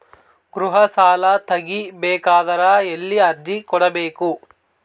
ಗೃಹ ಸಾಲಾ ತಗಿ ಬೇಕಾದರ ಎಲ್ಲಿ ಅರ್ಜಿ ಕೊಡಬೇಕು?